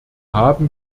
haben